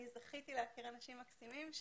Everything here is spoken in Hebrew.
זכיתי להכיר אנשים מקסימים.